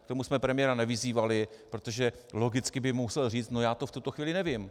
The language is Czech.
K tomu jsme premiéra nevyzývali, protože by logicky musel říct: já to v tuto chvíli nevím.